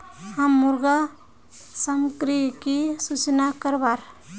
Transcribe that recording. हम मुर्गा सामग्री की सूचना करवार?